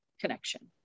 connection